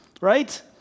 right